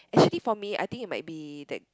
actually for me I think it might be that